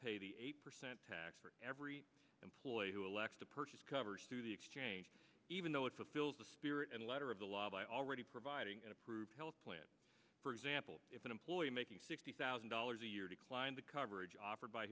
pay the eight percent tax for every employee who elects to purchase coverage through the exchange even though it fulfills the spirit and letter of the law by already providing an approved health plan for example if an employee making sixty thousand dollars a year declined the coverage offered by